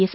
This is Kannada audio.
ಎಸ್